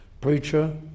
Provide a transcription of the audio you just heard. preacher